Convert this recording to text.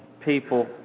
people